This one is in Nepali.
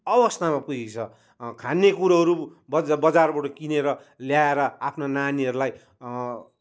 अवस्थामा पुगेको छ खानेकुरोहरू बज बजारबाट किनेर ल्याएर आफ्नो नानीहरूलाई